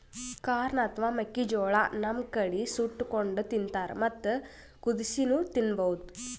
corn ಅಥವಾ ಮೆಕ್ಕಿಜೋಳಾ ನಮ್ ಕಡಿ ಸುಟ್ಟಕೊಂಡ್ ತಿಂತಾರ್ ಮತ್ತ್ ಕುದಸಿನೂ ತಿನ್ಬಹುದ್